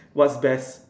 what's best